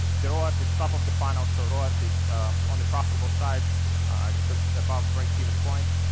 there was its top of the final cirrhosis only profitable sides above break-even point.